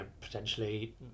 potentially